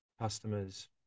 customers